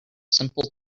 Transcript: simple